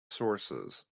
sources